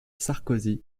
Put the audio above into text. sarkozy